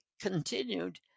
continued